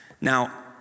Now